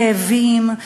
כאבים,